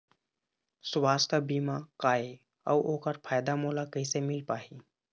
सुवास्थ बीमा का ए अउ ओकर फायदा मोला कैसे मिल पाही?